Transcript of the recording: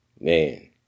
Man